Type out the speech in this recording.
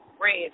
red